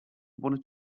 wanted